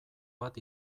bat